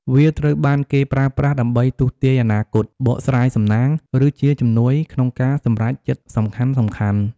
វាត្រូវបានគេប្រើប្រាស់ដើម្បីទស្សន៍ទាយអនាគត បកស្រាយសំណាង ឬជាជំនួយក្នុងការសម្រេចចិត្តសំខាន់ៗ។